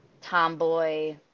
tomboy